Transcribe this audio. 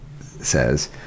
says